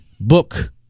book